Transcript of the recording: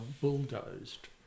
bulldozed